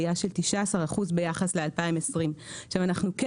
עלייה של 19% ביחס לשנת 2020. אנחנו כן